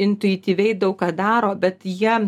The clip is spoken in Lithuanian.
intuityviai daug ką daro bet jie